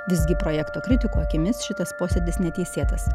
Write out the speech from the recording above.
visgi projekto kritikų akimis šitas posėdis neteisėtas